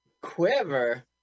Quiver